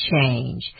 change